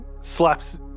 slaps